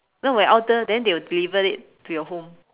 no when order then they'll deliver it to your home